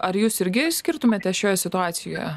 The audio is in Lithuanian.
ar jūs irgi išskirtumėte šioj situacijoje